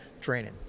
training